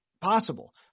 possible